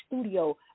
studio